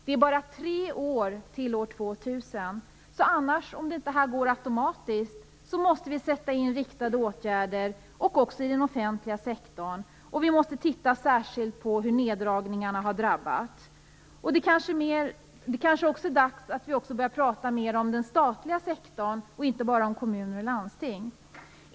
Det är bara tre år till år 2000, och om det här inte går automatiskt måste vi sätta in riktade åtgärder, även i den offentliga sektorn. Vi måste särskilt titta på hur neddragningarna har drabbat. Det är kanske också dags att vi börjar prata mer om den statliga sektorn, inte bara om kommuner och landsting.